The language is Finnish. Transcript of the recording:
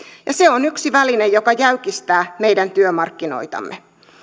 ja se on yksi väline joka jäykistää meidän työmarkkinoitamme